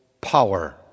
power